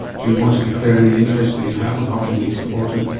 do you want to declare any interest that you have, apart from being supported